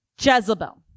Jezebel